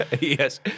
yes